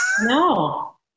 No